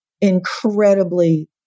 incredibly